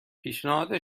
پیشنهاد